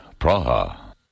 Praha